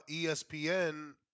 espn